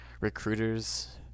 recruiters